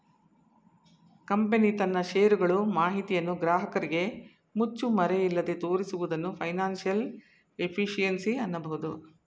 company ತನ್ನ share ಗಳು ಮಾಹಿತಿಯನ್ನು ಗ್ರಾಹಕರಿಗೆ ಮುಚ್ಚುಮರೆಯಿಲ್ಲದೆ ತೋರಿಸುವುದನ್ನು ಫೈನಾನ್ಸಿಯಲ್ ಎಫಿಷಿಯನ್ಸಿ ಅನ್ನಬಹುದು